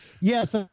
yes